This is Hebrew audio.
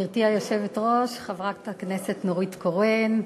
גברתי היושבת-ראש חברת הכנסת נורית קורן,